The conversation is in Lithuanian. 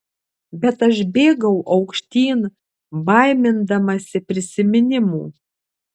bet aš bėgau aukštyn baimindamasi prisiminimų